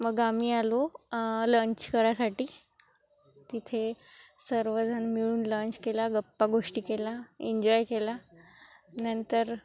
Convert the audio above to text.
मग आम्ही आलो लंच करायसाठी तिथे सर्वजण मिळून लंच केला गप्पा गोष्टी केला एन्जॉय केला नंतर